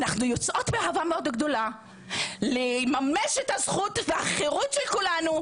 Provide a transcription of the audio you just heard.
אנחנו יוצאות באהבה מאוד גדולה לממש את הזכות והחירות של כולנו,